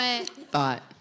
thought